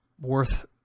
worth